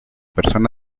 persona